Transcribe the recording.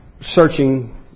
searching